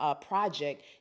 project